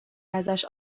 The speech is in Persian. ازش